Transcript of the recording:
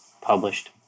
published